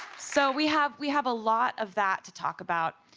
so we have we have a lot of that to talk about.